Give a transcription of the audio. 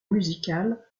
musical